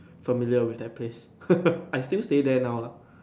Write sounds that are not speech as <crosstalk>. familiar with that place <laughs> I still stay there now lah